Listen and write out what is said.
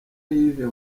yves